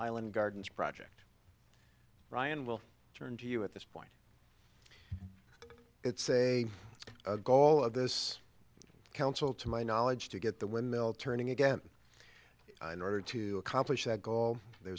island gardens project ryan will turn to you at this point it's a gall of this council to my knowledge to get the windmill turning again in order to accomplish that goal